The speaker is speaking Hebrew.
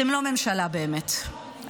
אתם לא ממשלה באמת,